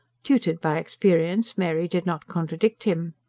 tutored by experience, mary did not contradict him.